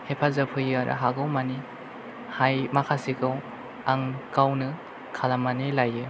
हेफाजाब होयो आरो हागौ मानि माखासेखौ आं गावनो खालामनानै लायो